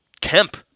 Kemp